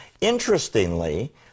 Interestingly